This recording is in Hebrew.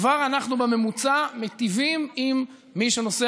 כבר אנחנו בממוצע מיטיבים עם מי שנוסע